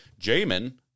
Jamin